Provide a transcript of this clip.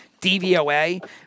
DVOA